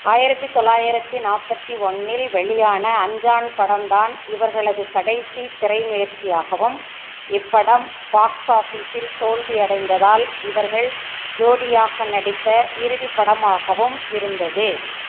ஆயிரத்து தொள்ளாயிரத்து நாற்பத்தி ஒன்னில் வெளியான அஞ்சான் படம்தான் இவர்களது கடைசி திரை முயற்சியாகவும் இப்படம் பாக்ஸ் ஆஃபீஸில் தோல்வியடைந்ததால் இவர்கள் ஜோடியாக நடித்த இறுதி படமாகவும் இருந்தது